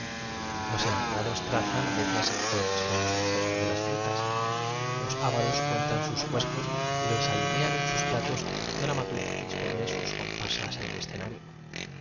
ios enamorados trazan letras informes con los despojos de las frutas fíjese usted en el vecino de enfrente los avaros cuentan sus cuescos y los alinean en sus platos como un y vea si su rostro no es el de un quebrado dramaturgo dispone sus comparsas en el escenario